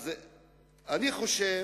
אז אני חושב